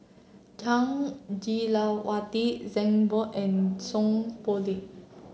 Jah Lelawati Zhang Bohe and Seow Poh Leng